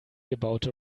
gebaute